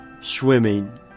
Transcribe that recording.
swimming